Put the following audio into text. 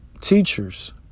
teachers